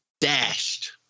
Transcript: dashed